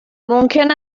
ممکن